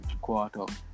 quarter